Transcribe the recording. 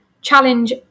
challenge